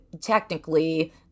technically